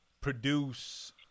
produce